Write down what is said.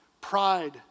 pride